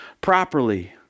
properly